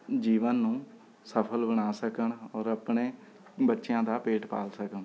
ਜੀਵਨ ਨੂੰ ਸਫਲ ਬਣਾ ਸਕਣ ਔਰ ਆਪਣੇ ਬੱਚਿਆਂ ਦਾ ਪੇਟ ਪਾਲ ਸਕਣ